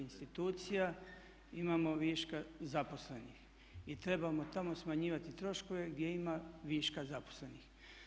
institucija imamo viška zaposlenih i trebamo tamo smanjivati troškove gdje ima viška zaposlenih.